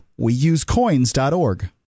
Weusecoins.org